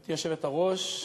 גברתי היושבת-ראש,